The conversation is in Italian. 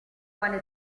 quale